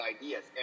ideas